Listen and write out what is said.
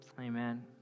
Amen